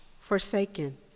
forsaken